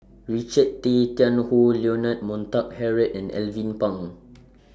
Richard Tay Tian Hoe Leonard Montague Harrod and Alvin Pang